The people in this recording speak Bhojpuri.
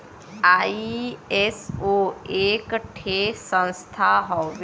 आई.एस.ओ एक ठे संस्था हउवे